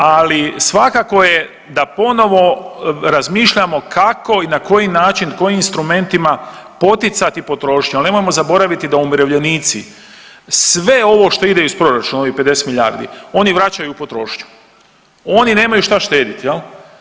Ali, svakako je da ponovo razmišljamo kako i na koji način, kojim instrumentima poticati potrošnju, ali nemojmo zaboraviti da umirovljenici, sve ovo što ide iz proračuna, ovih 50 milijardi, oni vraćaju u potrošnju, oni nemaju šta štediti, je li.